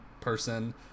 person